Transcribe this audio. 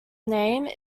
name